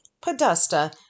Podesta